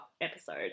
episode